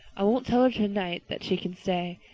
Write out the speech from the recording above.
i won't tell her tonight that she can stay,